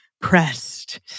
pressed